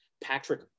Patrick